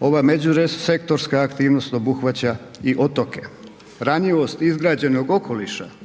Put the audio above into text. Ova međusektorska aktivnost obuhvaća i otoke. Ranjivost izgrađenog okoliša